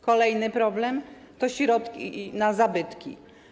Kolejny problem to środki na zabytki.